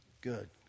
Good